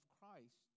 Christ